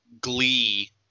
glee